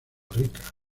rica